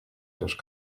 durch